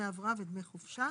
דמי הבראה ודמי חופשה.